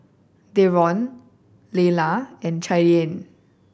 Deron Leala and Cheyanne